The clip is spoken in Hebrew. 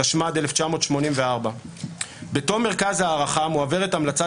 תשמ"ד 1984. בתום מרכז ההערכה מועברת המלצת